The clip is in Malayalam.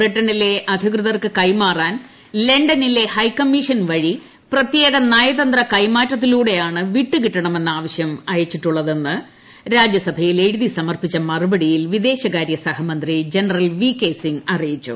ബ്രിട്ടണിലെ അധികൃതർക്ക് കൈമാറാൻ ലണ്ടനിലെ ഹൈക്കമ്മീഷൻ വഴി പ്രത്യേക നയതന്ത്ര കൈമാറ്റത്തിലൂടെയാണ് വിട്ടുകിട്ടണമെന്ന ആവശ്യാ അയച്ചിട്ടുള്ളതെന്ന് രാജ്യസഭയിൽ എഴുതി സമർപ്പിച്ച മറുപടിയിൽ വിദേശകാര്യ സഹമന്ത്രി ജനറൽ വി കെ സിംഗ് അറിയിച്ചു